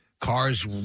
cars